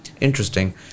interesting